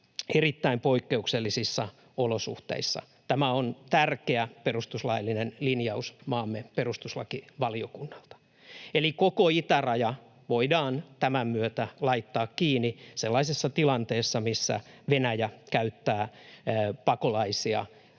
erittäin poikkeuksellisissa olosuhteissa. Tämä on tärkeä perustuslaillinen linjaus maamme perustuslakivaliokunnalta. Eli koko itäraja voidaan tämän myötä laittaa kiinni sellaisessa tilanteessa, missä Venäjä käyttää pakolaisia, viattomia